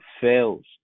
fails